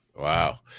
Wow